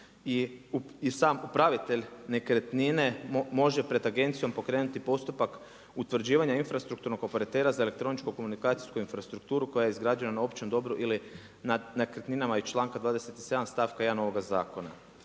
i sam upravitelj nekretnine može pred agencijom pokrenuti postupak utvrđivanja infrastrukturnog operatera za elektroničko komunikacijsku infrastrukturu koja je izgrađena na općem dobru ili na nekretninama iz članka 27. stavka 1 ovoga Zakona.